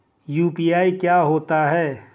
UPI क्या होता है?